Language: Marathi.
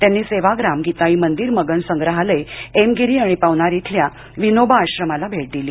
त्यांनी सेवाग्राम गीताई मंदिर मगन संग्रहालय एम गिरी आणि पवनार इथल्या विनोबा आश्रमाला भेट दिली